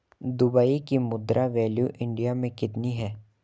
Dubai की मुद्रा value India मे कितनी है?